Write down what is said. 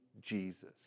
Jesus